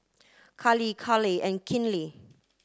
Kali Caleigh and Kinley